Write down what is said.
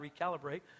recalibrate